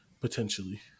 potentially